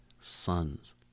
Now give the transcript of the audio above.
sons